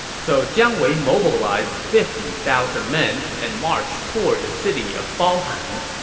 so jiang wei mobilized fifty thousand men and marched toward the city of baohan.